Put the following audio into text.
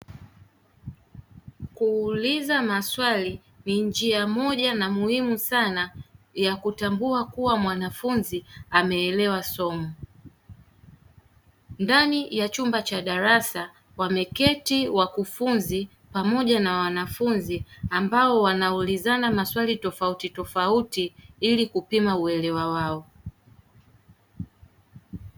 Kuuliza maswali ni njia moja na muhimu sana ya kutambua kuwa mwanafunzi ameelewa somo. Ndani ya chumba cha darasa wameketi wakufunzi pamoja na wanafunzi ambao wanaulizana maswali tofauti tofauti ili kupima uelewa wao.